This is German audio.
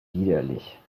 widerlich